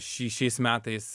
šį šiais metais